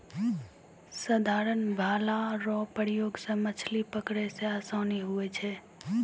साधारण भाला रो प्रयोग से मछली पकड़ै मे आसानी हुवै छै